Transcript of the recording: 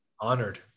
Honored